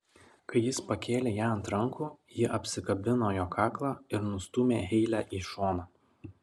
kai jis pakėlė ją ant rankų ji apsikabino jo kaklą ir nustūmė heilę į šoną